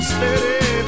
Steady